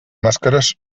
màscares